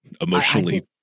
emotionally